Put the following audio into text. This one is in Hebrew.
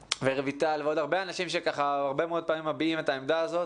ורויטל ועוד הרבה אנשים שככה הרבה מאוד פעמים מביעים את העמדה הזאת